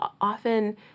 often